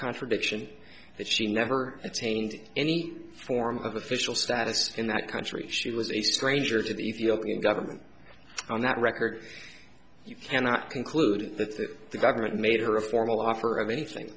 contradiction that she never attained any form of official status in that country she was a stranger to the ethiopian government on that record you cannot conclude that the government made her a formal offer of anything